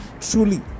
Truly